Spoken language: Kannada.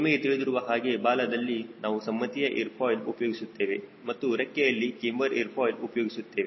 ನಿಮಗೆ ತಿಳಿದಿರುವ ಹಾಗೆ ಬಾಲದಲ್ಲಿ ನಾವು ಸಮ್ಮತಿಯ ಏರ್ ಫಾಯ್ಲ್ ಉಪಯೋಗಿಸುತ್ತೇವೆ ಮತ್ತು ರೆಕ್ಕೆಯಲ್ಲಿ ಕ್ಯಾಮ್ಬರ್ ಏರ್ ಫಾಯ್ಲ್ ಉಪಯೋಗಿಸುತ್ತೇವೆ